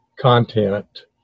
content